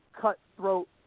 cutthroat